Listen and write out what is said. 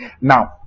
Now